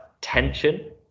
tension